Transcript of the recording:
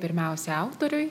pirmiausia autoriui